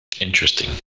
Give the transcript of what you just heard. Interesting